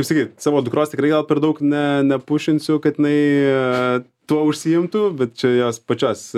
kaip sakyt savo dukros tikrai gal per daug ne nepušinsiu kad jinai tuo užsiimtų bet čia jos pačios